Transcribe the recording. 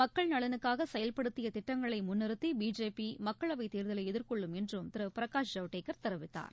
மக்கள் நலனுக்காகசெயல்படுத்தியதிட்டங்களைமுன்நிறுத்திபிஜேபிமக்களவைத் தேர்தலைஎதிர்கொள்ளும் என்றும் திருபிரகாஷ் ஜவ்டேகர் தெரிவித்தார்